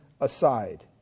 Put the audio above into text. aside